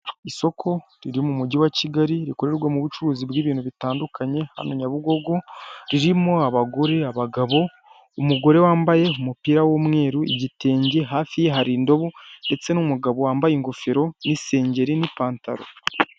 Isoko riri mu mugi wa kigari rikorerwamo ubucuruzi bw'ibintu bitandukanye, hano naybugogo ririmo abagore, abagabo, umugore wambaye umupira w'umweru, igitenge, ifafi ye hari indobo, ndetse n'umugabo wambaye ingoferi n'isengeri, n'ipantaro.